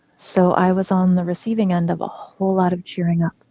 so i was on the receiving end of a whole lot of cheering up.